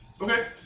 Okay